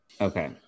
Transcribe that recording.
Okay